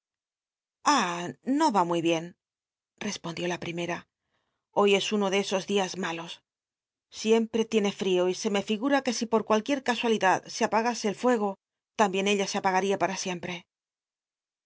no va muy bien respondió la primera hoy es uno de sus dias malos sicmpre tiene frio y se me figura que si por cualquiera casualidad se apagase el fuego tam bien ella se apagaría para siempre